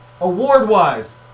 Award-wise